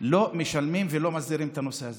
לא משלמים ולא מסדירים את הנושא הזה.